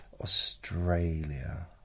Australia